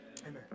Amen